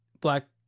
black